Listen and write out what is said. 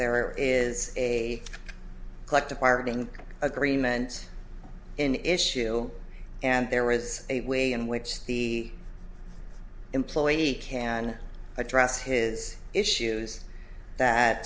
there is a collective bargaining agreement in issue and there is a way in which the employee can address his issues that